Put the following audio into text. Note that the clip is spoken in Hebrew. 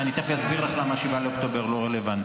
ואני תכף אסביר לך למה 7 באוקטובר לא רלוונטי.